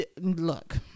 Look